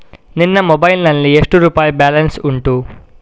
ನಿನ್ನ ಮೊಬೈಲ್ ನಲ್ಲಿ ಎಷ್ಟು ರುಪಾಯಿ ಬ್ಯಾಲೆನ್ಸ್ ಉಂಟು?